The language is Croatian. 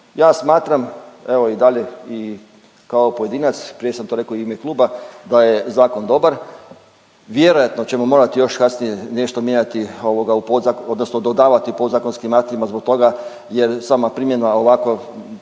Ja smatram evo i dalje kao pojedinac, prije sam to reko u ime kluba da je zakon dobar, vjerojatno ćemo morat još kasnije nešto mijenjati odnosno dodavati podzakonskim aktima zbog toga jer sama primjena ovako